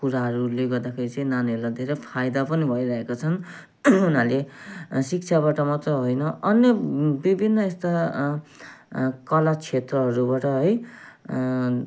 कुराहरूले गर्दाखेरि चाहिँ नानीहरूलाई धेरै फाइदा पनि भइरहेका छन् हुनाले शिक्षाबाट मात्र अन्य विभिन्न यस्ता कलाक्षेत्रहरूबाट है